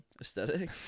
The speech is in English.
Aesthetic